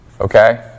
Okay